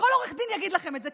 וכל עורך דין יגיד לכם את זה,